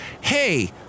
Hey